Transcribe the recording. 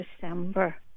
December